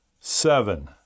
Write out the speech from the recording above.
seven